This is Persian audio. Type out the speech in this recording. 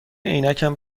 عینکم